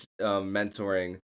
mentoring